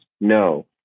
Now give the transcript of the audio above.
No